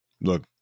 Look